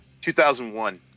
2001